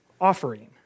offering